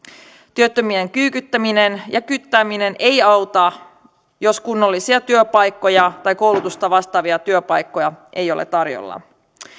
työttömien kyykyttäminen ja kyttääminen ei auta jos kunnollisia työpaikkoja tai koulutusta vastaavia työpaikkoja ei ole tarjolla